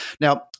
Now